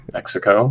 Mexico